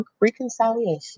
reconciliation